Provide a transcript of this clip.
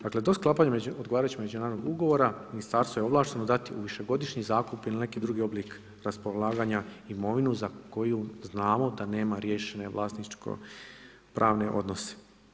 Dakle, to sklapanje odgovarajućeg međunarodnog ugovora, Ministarstvo je ovlašteno dati u višegodišnji zakup ili neki drugi oblik raspolaganja imovinu, za koju znamo da nema rješenje vlasničko pravne odnose.